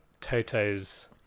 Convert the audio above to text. Toto's